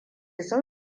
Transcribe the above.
sun